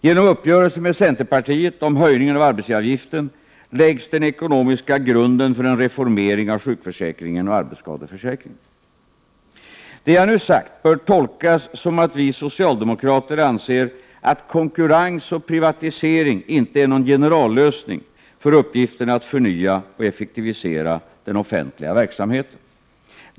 Genom uppgörelsen med centerpartiet om höjningen av arbetsgivaravgiften läggs den ekonomiska grunden för en reformering av sjukförsäkringen och arbetsskadeförsäkringen. Det jag nu sagt bör tolkas som att vi socialdemokrater anser att konkurrens och privatisering inte är någon generallösning för uppgiften att förnya och effektivisera den offentliga verksamheten.